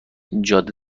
جاده